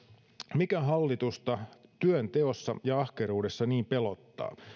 mikä hallitusta työnteossa ja ahkeruudessa niin pelottaa